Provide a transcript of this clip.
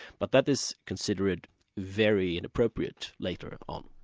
but that is considered very and appropriate later ah um